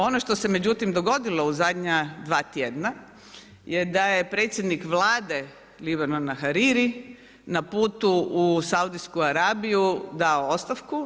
Ono što se međutim dogodilo u zadnja dva tjedna je da je predsjednik Vlade Libanona Hariri na putu u Saudijsku Arabiju dao ostavku.